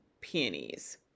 Peonies